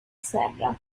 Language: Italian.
serra